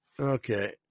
Okay